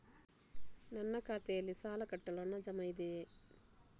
ನನ್ನ ಖಾತೆಯಲ್ಲಿ ಸಾಲ ಕಟ್ಟಲು ಹಣ ಜಮಾ ಇದೆಯೇ?